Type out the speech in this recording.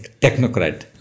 technocrat